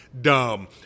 dumb